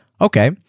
okay